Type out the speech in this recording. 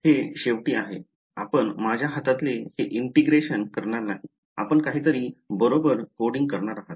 हे शेवटी आहे आपण माझ्या हातातले हे एकत्रिकरण करणार नाही आपण काहीतरी बरोबर कोडिंग करणार आहात